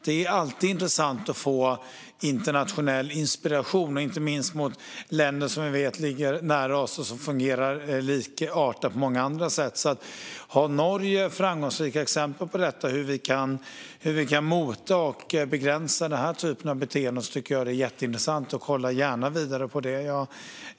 Det är alltid intressant att få internationell inspiration, inte minst från länder som ligger nära oss och som fungerar på ett likartat sätt. Om Norge har framgångsrika exempel på hur man kan mota och begränsa den här typen av beteende tycker jag att det är jätteintressant och kollar gärna vidare på det.